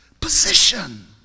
position